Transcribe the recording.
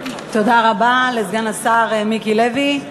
תודה רבה לסגן השר מיקי לוי.